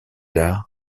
arts